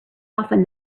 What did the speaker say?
often